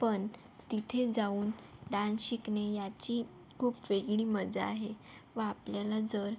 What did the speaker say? पण तिथे जाऊन डान्स शिकणे याची खूप वेगळी मजा आहे व आपल्याला जर